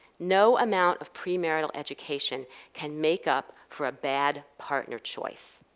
no amount of premarital education can make up for a bad partner choice.